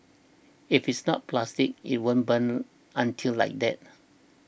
if it's not plastic it won't burn until like that